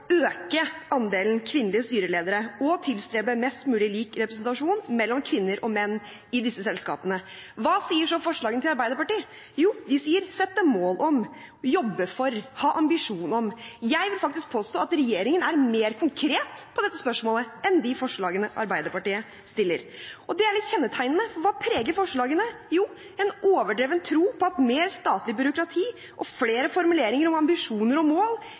andelen kvinnelige styreledere og tilstrebe mest mulig lik representasjon mellom kvinner og menn i disse selskapene. Hva sier så forslagene til Arbeiderpartiet? Jo de sier «sette mål om», «jobbe for», «sette seg som ambisjon». Jeg vil faktisk påstå at regjeringen er mer konkret på dette spørsmålet enn de forslagene Arbeiderpartiet har. Det er litt betegnende, for hva preger forslagene? Jo, en overdreven tro på at mer statlig byråkrati og flere formuleringer om ambisjoner og mål